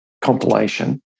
compilation